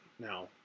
Now